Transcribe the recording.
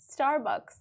Starbucks